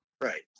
Right